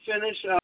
finish